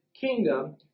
kingdom